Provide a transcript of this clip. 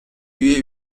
üye